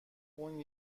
اون